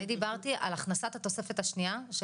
אני דיברתי על הכנסת התוספת השנייה של